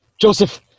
Joseph